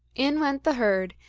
in went the herd,